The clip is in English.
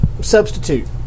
substitute